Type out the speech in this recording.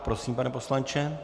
Prosím, pane poslanče.